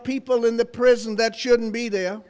people in the prison that shouldn't be there